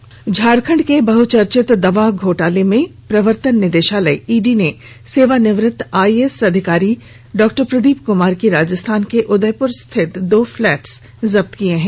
कार्रवाई झारखंड के बहुचर्चित दवा घोटाले में प्रवर्तन निदेशालय ईडी ने सेवानिवृत्त आइएएस अधिकारी डाक्टर प्रदीप कुमार की राजस्थान के उदयपुर स्थित दो फ्लैट जब्त किया है